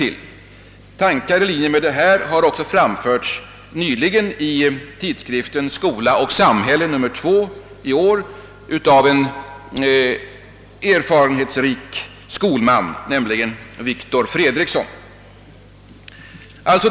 Tankar i linje med vad jag här anfört har också nyligen framförts i tidskriften Skola och samhälle nr 2/1967 av en erfarenhetsrik skolman, nämligen Viktor Fredriksson.